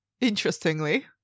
interestingly